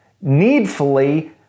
needfully